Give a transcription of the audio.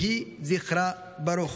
יהי זכרה ברוך.